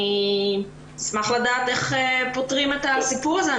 אני אשמח לדעת איך פותרים את הסיפור הזה.